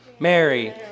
Mary